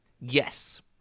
Yes